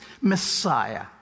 Messiah